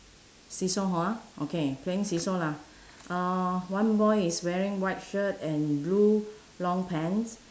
seesaw hor okay playing seesaw lah uh one boy is wearing white shirt and blue long pants